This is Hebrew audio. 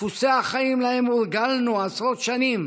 דפוסי החיים שלהם הורגלנו עשרות שנים